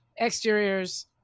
exteriors